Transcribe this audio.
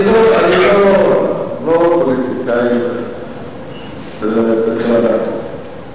אני לא פוליטיקאי בתחילת דרכו.